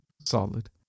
Solid